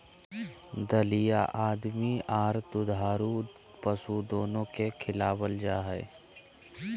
दलिया आदमी आर दुधारू पशु दोनो के खिलावल जा हई,